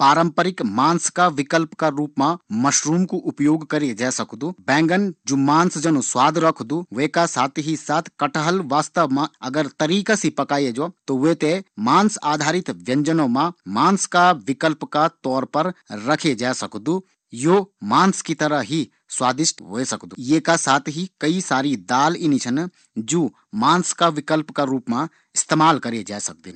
पारम्परिक मांस का विकल्प का रूम मा बैगन या मशरूम कु उपयोग करए जे सकदु ये का साथ ही कटहल की सब्जी मांस का रूप एक बेहतरीन विकल्प च